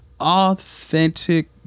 authentic